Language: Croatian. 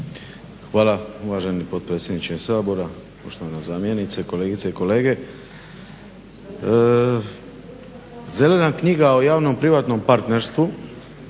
Hvala uvaženi potpredsjedniče Sabora, poštovana zamjenice, kolegice i kolege. Zelene knjiga o javno-privatnom partnerstvu,